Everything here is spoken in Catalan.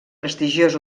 prestigiós